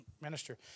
minister